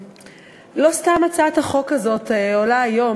לא סתם הצעת החוק הזאת עולה היום,